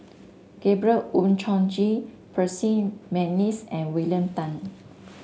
Gabriel Oon Chong Jin Percy McNeice and William Tan